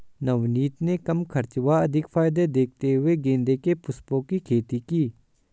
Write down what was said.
नवनीत ने कम खर्च व अधिक फायदे देखते हुए गेंदे के पुष्पों की खेती की